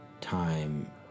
time